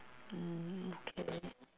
mm okay